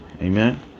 Amen